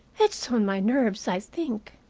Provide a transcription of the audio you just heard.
it's on my nerves, i think.